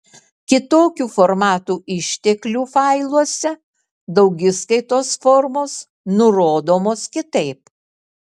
kitokių formatų išteklių failuose daugiskaitos formos nurodomos kitaip